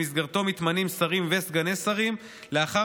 שבמסגרתו מתמנים שרים וסגני שרים לאחר